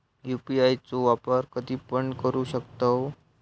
UPI चो वापर कधीपण करू शकतव?